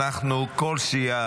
כל סיעה,